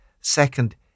Second